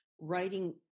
writing